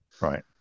Right